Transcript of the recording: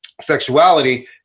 sexuality